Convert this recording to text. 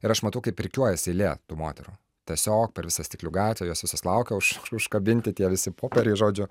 ir aš matau kaip rikiuojasi eilė tų moterų tiesiog per visą stiklių gatvę jos visos laukia už užkabinti tie visi popieriai žodžiu